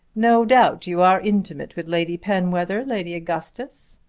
no doubt you are intimate with lady penwether, lady augustus,